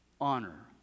honor